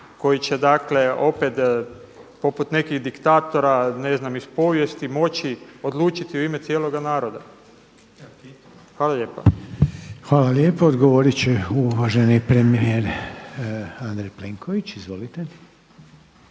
koji će dakle opet poput nekih diktatora iz povijesti moći odlučiti u ime cijeloga naroda. Hvala lijepa. **Reiner, Željko (HDZ)** Hvala lijepo. Odgovorit će uvaženi premijer Andrej Plenković. Izvolite.